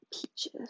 peaches